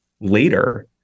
later